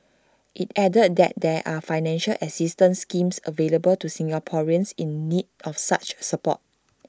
IT added that there are financial assistance schemes available to Singaporeans in need of such support